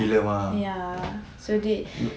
ya so they